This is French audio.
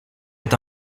est